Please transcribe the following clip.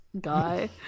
guy